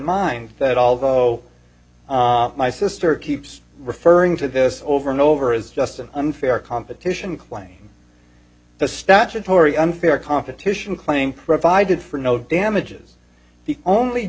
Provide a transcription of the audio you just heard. that although my sister keeps referring to this over and over as just an unfair competition claim the statutory unfair competition claim provided for no damages